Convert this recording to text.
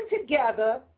together